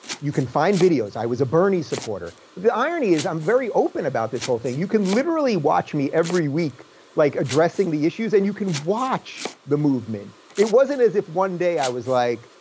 you can find videos, i was a bernie supporter. but the irony is i'm very open about this whole thing. you can literally watch me every week like addressing the issues and you can watch the movement. it wasn't as if one day i was like,